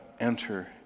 enter